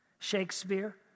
Shakespeare